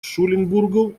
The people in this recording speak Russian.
шуленбургу